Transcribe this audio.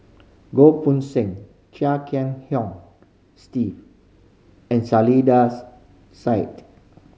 Goh Poh Seng Chia Kiah Hong Steve and Saiedah's Side